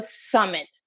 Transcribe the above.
Summit